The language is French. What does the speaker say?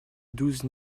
douze